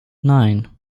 nine